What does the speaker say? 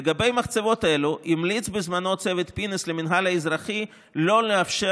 לגבי מחצבות אלו המליץ בזמנו צוות פינס למינהל האזרחי שלא לאפשר